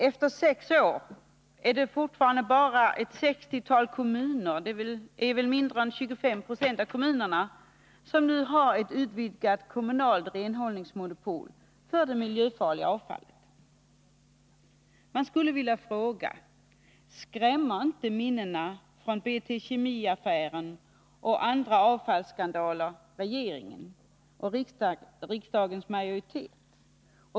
Efter sex år är det fortfarande bara ett 60-tal kommuner, mindre än 25 20 av kommunerna, som har ett utvidgat kommunalt renhållningsmonopol för det miljöfarliga avfallet. Man skulle vilja fråga: Skrämmer inte minnena från BT Kemi-affären och andra avfallsskandaler regeringen och riksdagens majoritet?